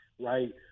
Right